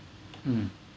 mm